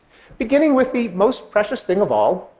beginning with the most precious thing of all,